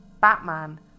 Batman